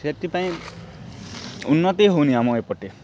ସେଥିପାଇଁ ଉନ୍ନତି ହେଉନି ଆମ ଏପଟେ